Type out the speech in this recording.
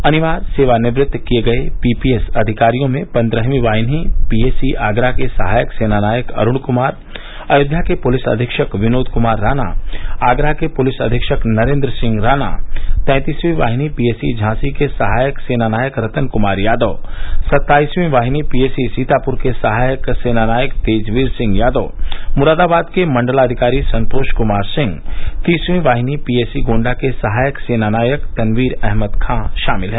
अनिवार्य सेवानिवृत्त किए गए पीपीएस अधिकारियों में पंद्रहवीं वाहिनी पीएसी आगरा के सहायक सेनानायक अरूण कुमार अयोध्या के पुलिस अधीक्षक विनोद कुमार राना आगरा के पुलिस अधीक्षक नरेंद्र सिंह राना तैतीसवीं वाहिनी पीएसी झांसी के सहायक सेनानायक रतन क्मार यादव सत्ताइसवीं वाहिनी पीएसी सीताप्र के सहायक सेनानायक तेजवीर सिंह यादव मुरादाबाद के मंडलाधिकारी संतोष कुमार सिंह तीसवीं वाहिनी पीएसी गोन्डा के सहायक सेनानायक तनवीर अहमद खां शामिल हैं